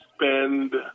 spend